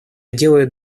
делает